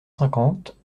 cinquante